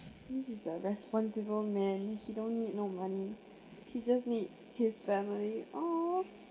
this is a responsible man he don't need no money he just need his family !aww!